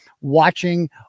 watching